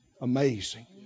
Amazing